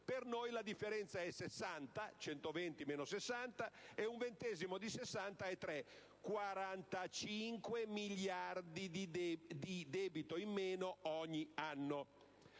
Per noi la differenza è 60 (120 meno 60) e un ventesimo di 60 è 3: sono 45 miliardi di debito in meno ogni anno.